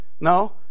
no